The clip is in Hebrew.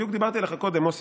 בדיוק דיברתי עליך קודם, מוסי,